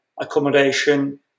accommodation